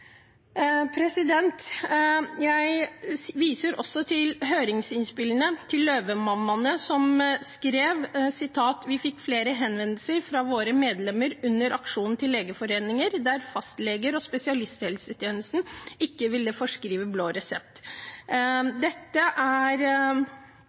viser også til høringsinnspillene fra Løvemammaene, som skrev: «Vi fikk flere henvendelser fra våre medlemmer under aksjonen til Legeforeningen, der fastleger og spesialisthelsetjenesten ikke ville foreskrive blå resept